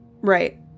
Right